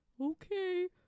Okay